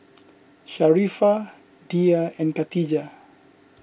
Sharifah Dhia and Khatijah